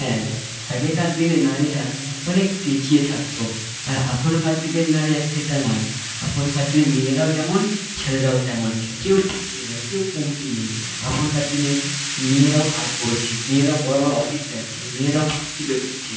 হ্যাঁ আগেকার দিনে নারীরা অনেক পিছিয়ে থাকতো আর এখনকার দিনের নারীরা সেটা নয় এখনকার দিনে মেয়েরাও যেমন ছেলেরাও তেমন কেউ পিছিয়ে নেই কেউ কমতি নেই এখনকার দিনে মেয়েরাও কাজ করছে মেয়েরাও বড়ো বড়ো অফিস যাচ্ছে মেয়েরাও বেরোচ্ছে